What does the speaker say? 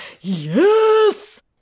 Yes